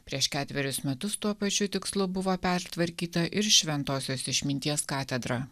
prieš ketverius metus tuo pačiu tikslu buvo pertvarkyta ir šventosios išminties katedra